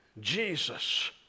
Jesus